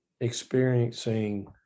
experiencing